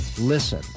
Listen